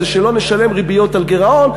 כדי שלא נשלם ריביות על גירעון,